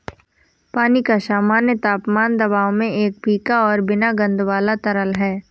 पानी का सामान्य तापमान दबाव में एक फीका और बिना गंध वाला तरल है